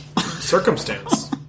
circumstance